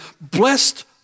blessed